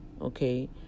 Okay